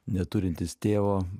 neturintis tėvo